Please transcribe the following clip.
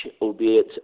albeit